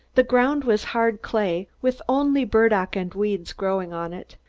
the ground was hard clay with only burdock and weeds growing on it.